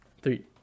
Three